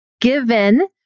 given